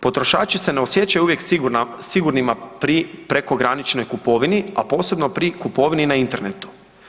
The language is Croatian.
Potrošači se ne osjećaju uvijek sigurnima pri prekograničnoj kupovini, a posebno pri kupovini na internetu.